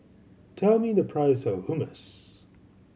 tell me the price of Hummus